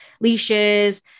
leashes